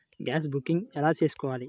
Gas booking ఎలా చేసుకోవాలి?